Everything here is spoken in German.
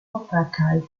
wuppertal